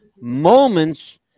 moments